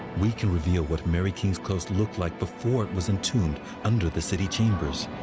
we can reveal what mary king's close looked like before it was entombed under the city chambers.